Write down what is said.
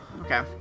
Okay